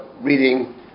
reading